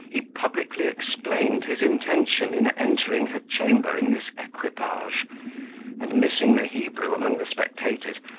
he publicly explained his intention in entering her chamber in this equipage and missing the hebrew among the spectators,